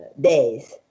days